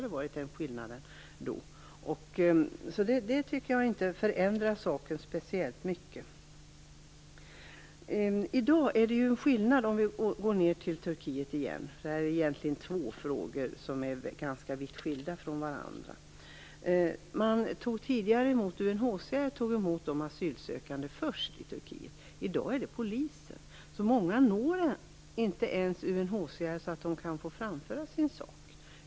Detta förändrar inte saken speciellt mycket. Egentligen rör diskussionen två vitt skilda frågor. Låt oss återgå till Turkiet. Där tog tidigare UNHCR emot de asylsökande först, men i dag är det polisen. Många når alltså inte UNHCR och kan inte föra fram sin sak.